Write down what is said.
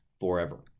forever